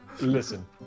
Listen